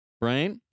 right